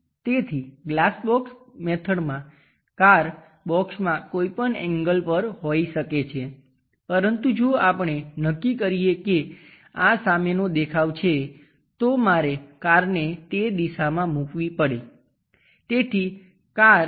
તેથી glass box મેથડમાં car બોક્સમાં કોઈપણ એંગલ પર હોઈ શકે છે પરંતુ જો આપણે નક્કી કરીએ કે આ સામેનો દેખાવ છે તો મારે કારને તે દિશામાં મૂકવી પડે